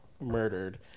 murdered